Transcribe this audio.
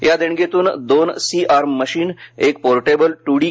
या देणगीतून दोन सी आर्म मशीन एक पोर्टेबल ट्र डी